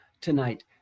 tonight